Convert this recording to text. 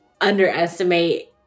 underestimate